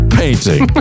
painting